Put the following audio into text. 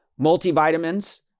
multivitamins